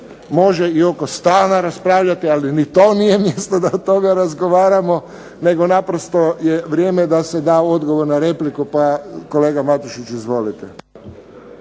može i oko stava raspravljati, ali ni to nije mjesto da od toga razgovaramo, nego naprosto je vrijeme da se da odgovor na repliku, pa kolega Matušić, izvolite.